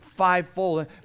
fivefold